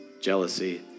jealousy